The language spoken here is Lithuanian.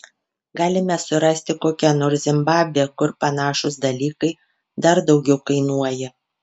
galime surasti kokią nors zimbabvę kur panašūs dalykai dar daugiau kainuoja